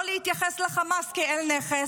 לא להתייחס לחמאס כאל נכס,